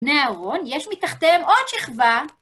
בני אהרון, יש מתחתיהם עוד שכבה.